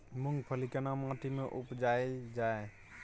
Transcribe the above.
मूंगफली केना माटी में उपजायल जाय?